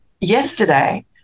yesterday